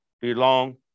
belong